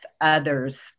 others